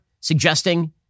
suggesting